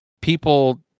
people